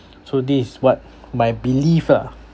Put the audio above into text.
so this is what my belief ah